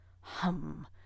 Hum